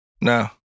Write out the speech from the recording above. No